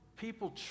people